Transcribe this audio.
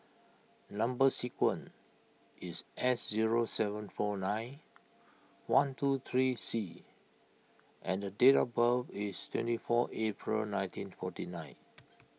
Number Sequence is S zero seven four nine one two three C and date of birth is twenty four April nineteen forty nine